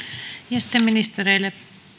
sitten ministereille